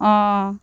অ